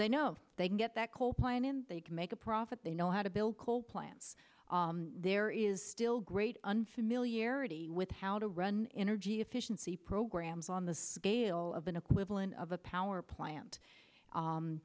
they know they can get that coal point they can make a profit they know how to build coal plants there is still great unfamiliarity with how to run energy efficiency programs on the scale of an equivalent of a power plant